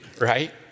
right